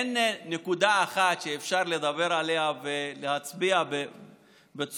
אין נקודה אחת שאפשר לדבר עליה ולהצביע בצורה